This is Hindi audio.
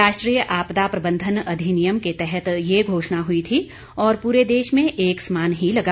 राष्ट्रीय आपदा प्रबंधन अधिनियम के तहत यह घोषणा हुई थी और पूरे देश में एक समान ही लगा